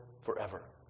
forever